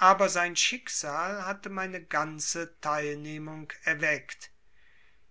aber sein schicksal hatte meine ganze teilnehmung erweckt